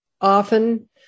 Often